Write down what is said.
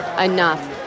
enough